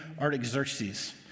Artaxerxes